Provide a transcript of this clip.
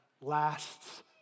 lasts